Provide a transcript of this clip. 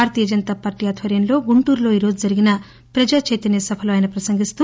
భారతీయ Janata Party ఆద్వర్యంలో గుంటూరులో ఈ రోజు జరిగిన ప్రజా చైతన్న సభలో ఆయన ప్రసంగిస్తూ